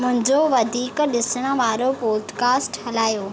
मुंहिंजो वधीक ॾिसणु वारो पॉडकास्ट हलायो